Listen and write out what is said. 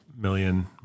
million